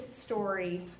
story